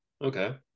okay